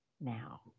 Now